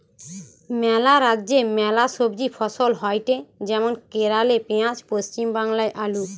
ম্যালা রাজ্যে ম্যালা সবজি ফসল হয়টে যেমন কেরালে পেঁয়াজ, পশ্চিম বাংলায় আলু